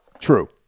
true